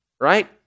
right